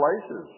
places